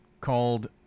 called